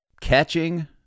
catching